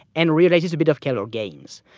and realizes a bit of capital gains.